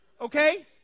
okay